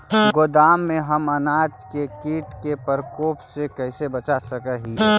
गोदाम में हम अनाज के किट के प्रकोप से कैसे बचा सक हिय?